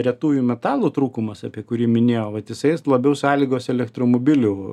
retųjų metalų trūkumas apie kurį minėjo vat jisai labiau sąlygos elektromobilių